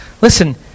listen